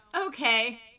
Okay